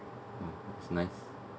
mm it's nice